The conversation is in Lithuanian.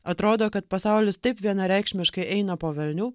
atrodo kad pasaulis taip vienareikšmiškai eina po velnių